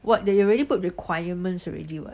what they already put requirements already [what]